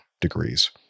degrees